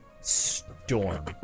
storm